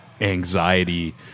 anxiety